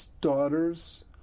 daughters